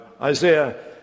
Isaiah